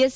S